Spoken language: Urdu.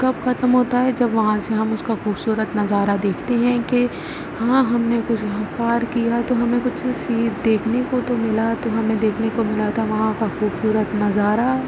کب ختم ہوتا ہے جب وہاں سے ہم اس کا خوبصورت نظارہ دیکھتے ہیں کہ ہاں ہم نے کچھ پار کیا تو ہمیں کچھ سین دیکھنے کو تو ملا تو ہمیں دیکھنے کو ملا تھا وہاں پر خوبصورت نظارہ